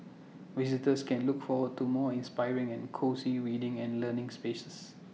visitors can look forward to more inspiring and cosy reading and learnings spaces